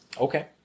Okay